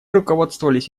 руководствовались